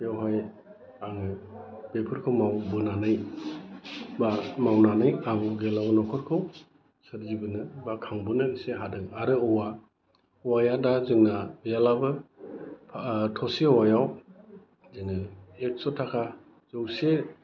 बेवहाय आङो बेफोरखौ मावबोनानै बा मावनानै आं गोलाव न'खरखौ सोरजिबोदों बा खांबोनो एसे हादों आरो औवा औवाया दा जोंना गैयालाबो थसे औवायाव जोङो एक्स'थाखा जौसे